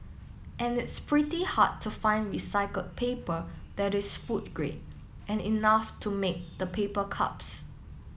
and it's pretty hard to find recycled paper that is food grade and enough to make the paper cups